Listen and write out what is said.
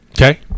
okay